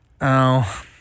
Oh-